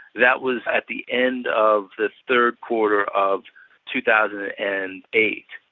that was at the end of the third quarter of two thousand and eight.